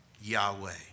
Yahweh